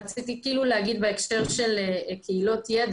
רציתי להגיד בהקשר של קהילות ידע.